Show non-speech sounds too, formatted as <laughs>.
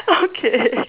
<laughs> okay